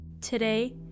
Today